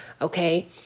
Okay